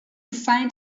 find